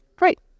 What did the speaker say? Right